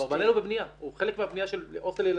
הוא בבנייה, הוא חלק מהבנייה של הוסטל לילדים.